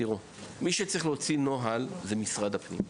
תראו, מי שצריך להוציא נוהל זה משרד הפנים,